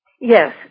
Yes